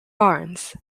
barns